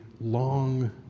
long